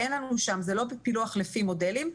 זה לא עם פילוח לפי מודלים,